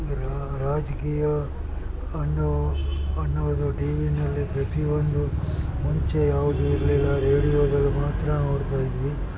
ರಾ ರಾಜಕೀಯ ಅನ್ನೋ ಅನ್ನೋದು ಟಿವಿಯಲ್ಲಿ ಪ್ರತಿಯೊಂದು ಮುಂಚೆ ಯಾವುದೂ ಇರಲಿಲ್ಲ ರೇಡಿಯೋದಲ್ಲಿ ಮಾತ್ರ ನೋಡ್ತಾಯಿದ್ವಿ